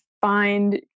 find